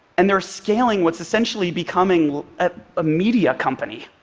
and they're scaling what's essentially becoming a ah media company,